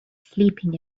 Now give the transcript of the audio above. sleeping